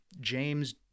James